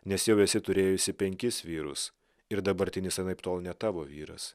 nes jau esi turėjusi penkis vyrus ir dabartinis anaiptol ne tavo vyras